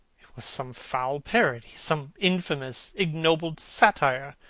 was some foul parody, some infamous ignoble satire.